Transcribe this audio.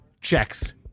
checks